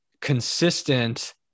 consistent